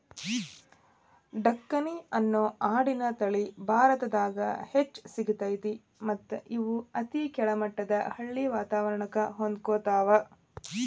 ಡೆಕ್ಕನಿ ಅನ್ನೋ ಆಡಿನ ತಳಿ ಭಾರತದಾಗ್ ಹೆಚ್ಚ್ ಸಿಗ್ತೇತಿ ಮತ್ತ್ ಇವು ಅತಿ ಕೆಳಮಟ್ಟದ ಹಳ್ಳಿ ವಾತವರಣಕ್ಕ ಹೊಂದ್ಕೊತಾವ